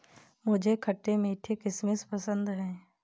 मुझे खट्टे मीठे किशमिश पसंद हैं